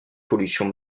pollution